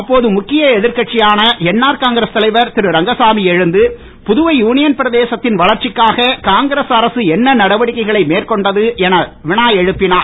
அப்போது முக்கிய எதிர்கட்சியான என்ஆர் காங்கிரஸ் தலைவர் திருரங்கசாமி எழுந்து புதுவை யூனியன் பிரதேசத்தின் வளர்ச்சிக்காக காங்கிரஸ் அரசு என்ன நடவடிக்கைகளை மேற்கொண்டது என வினா எழுப்பினார்